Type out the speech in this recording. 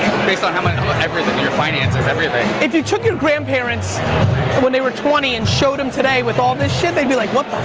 based on um ah everything. your finances, everything. if you took your grandparents when they were twenty and showed them today with all this shit, they'd be like what the